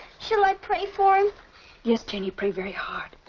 shall i pray for him? yes, janie, pray very hard.